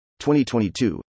2022